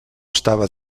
estava